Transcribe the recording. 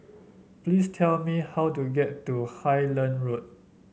please tell me how to get to Highland Road